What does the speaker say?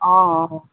অঁ অঁ